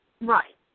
Right